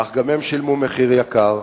אך גם הם שילמו מחיר יקר,